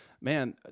man